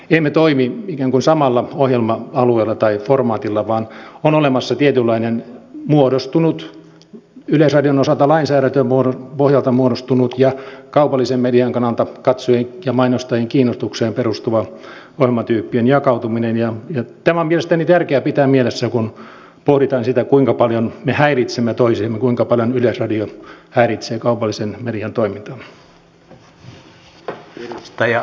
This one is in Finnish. emme toimi ikään kuin samalla ohjelma alueella tai formaatilla vaan on olemassa tie tulee näin muodostunut yleisradion osalta on lainsäädännön pohjalta muodostunut ja kaupallisen median kannalta katsojien ja mainostajien kiinnostukseen perustuva ohjelmatyyppien jakautuminen ja tämä on mielestäni tärkeää pitää mielessä kun pohditaan sitä kuinka paljon me häiritsemme toisiamme kuinka paljon yleisradio häiritsee kaupallisen median toimintaa